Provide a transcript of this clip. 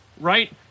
right